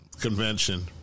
convention